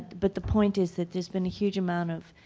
but the point is that there's been a huge amount of